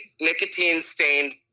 nicotine-stained